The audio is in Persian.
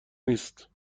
نیست